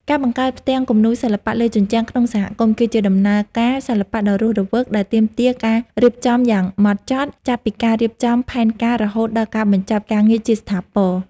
ការបង្កើតផ្ទាំងគំនូរសិល្បៈលើជញ្ជាំងក្នុងសហគមន៍ គឺជាដំណើរការសិល្បៈដ៏រស់រវើកដែលទាមទារការរៀបចំយ៉ាងហ្មត់ចត់ ចាប់ពីការរៀបចំផែនការរហូតដល់ការបញ្ចប់ការងារជាស្ថាពរ។